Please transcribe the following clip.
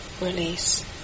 release